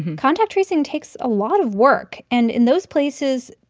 contact tracing takes a lot of work. and in those places,